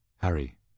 Harry